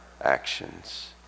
actions